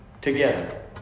together